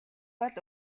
бол